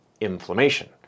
inflammation